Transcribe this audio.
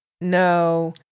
no